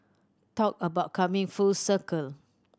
talk about coming full circle